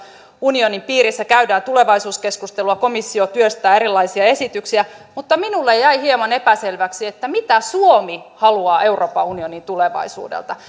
unionin piirissä käydään tulevaisuuskeskustelua komissio työstää erilaisia esityksiä mutta minulle jäi hieman epäselväksi mitä suomi haluaa euroopan unionin tulevaisuudelta